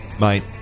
mate